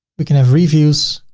we can have reviews.